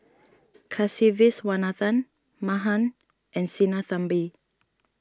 Kasiviswanathan Mahan and Sinnathamby